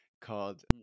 called